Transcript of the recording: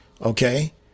okay